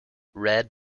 red